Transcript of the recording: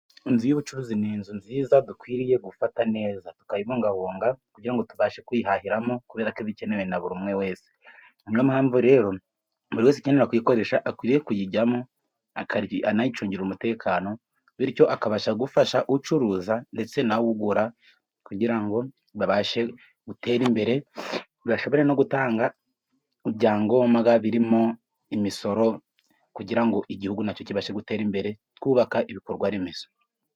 Inzu y'ubucuruzi ni inzu nziza dukwiriye gufata neza tukayibungabunga kugira ngo tubashe kuyihahiramo kubeko bikenewe na buri umwe wese. Niyo mpamvu rero buri wese ukenera kuyikoresha akwiye kuyijyamo anayicungira umutekano bityo akabasha gufasha ucuruza ndetse nugura, kugira ngo babashe gutera imbere bashobore no gutanga ibyangombwa birimo imisoro kugira ngo igihugu nacyo kibashe gutera imbere twubaka ibikorwaremezo.